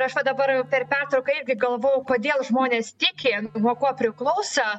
ir aš va dabar per pertrauką irgi galvojau kodėl žmonės tiki nuo ko priklauso